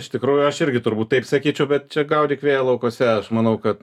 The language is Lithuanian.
iš tikrųjų aš irgi turbūt taip sakyčiau bet čia gaudyk vėją laukuose aš manau kad